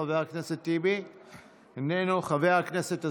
חבר הכנסת טיבי, איננו, חבר הכנסת אזולאי,